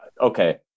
okay